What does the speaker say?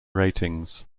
ratings